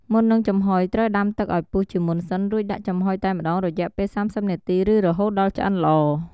មុននឹងចំហុយត្រូវដាំទឹកឱ្យពុះជាមុនសិន រួចដាក់ចំហុយតែម្ដងរយៈពេល៣០នាទីឬរហូតដល់ឆ្អិនល្អ។